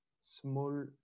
small